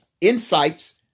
insights